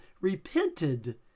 repented